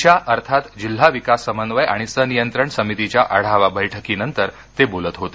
दिशा अर्थात जिल्हा विकास समन्वय आणि सनियंत्रण समितीच्या आढावा बैठकीनंतर ते बोलत होते